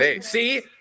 See